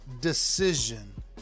decision